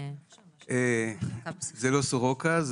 זה לא סורוקה,